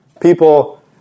people